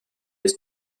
est